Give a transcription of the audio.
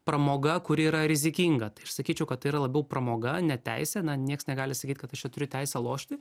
pramoga kuri yra rizikinga tai aš sakyčiau kad tai yra labiau pramoga ne teisė na nieks negali sakyt kad aš čia turiu teisę lošti